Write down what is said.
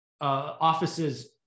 offices